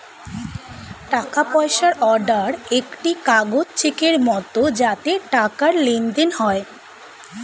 টাকা পয়সা অর্ডার একটি কাগজ চেকের মত যাতে টাকার লেনদেন হয়